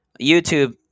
YouTube